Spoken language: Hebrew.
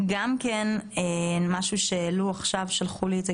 משהו ששלחו לי עכשיו בהודעה,